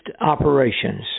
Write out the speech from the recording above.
operations